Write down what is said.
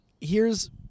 heres